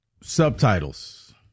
Subtitles